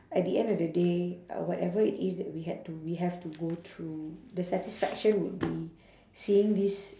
at the end of the day uh whatever it is that we had to we have to go through the satisfaction would be seeing these